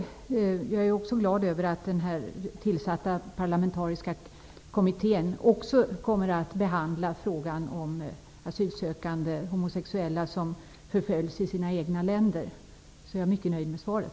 Jag är också glad över att den tillsatta parlamentariska kommittén även kommer att behandla frågan om homosexuella asylsökande som förföljs i sina egna länder. Jag är mycket nöjd med svaret.